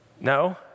No